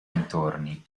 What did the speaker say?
dintorni